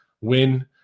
win